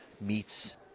meets